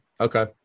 Okay